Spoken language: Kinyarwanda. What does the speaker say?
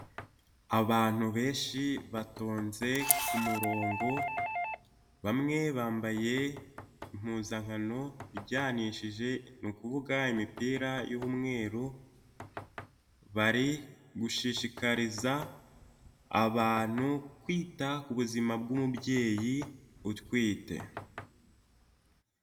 Abantu benshi batonze ku murongo, bamwe bambaye impuzankano ijyanishije, ni kuvuga imipira y'umweru, bari gushishikariza abantu kwita ku buzima bw'umubyeyi utwite.